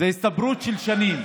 זו הצטברות של שנים.